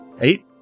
Eight